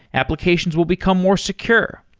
applications will become more secure.